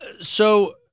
So-